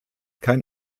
kein